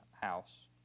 house